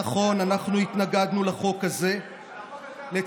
על החוק הזה אמרת שהוא חוק פשיסטי?